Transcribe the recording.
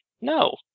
No